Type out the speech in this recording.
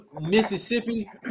Mississippi